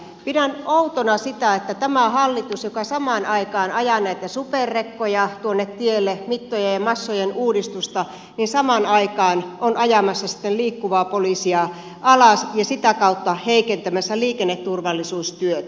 pidän outona sitä että tämä hallitus joka samaan aikaan ajaa näitä superrekkoja tuonne tielle mittojen ja massojen uudistusta samaan aikaan on ajamassa liikkuvaa poliisia alas ja sitä kautta heikentämässä liikenneturvallisuustyötä